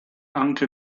anche